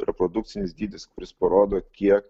reprodukcinis dydis kuris parodo kiek